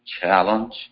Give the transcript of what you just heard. challenge